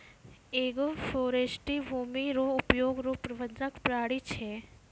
agroforestry भूमी रो उपयोग रो प्रबंधन प्रणाली छै